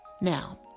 Now